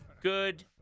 good